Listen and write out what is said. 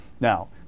Now